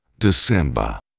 December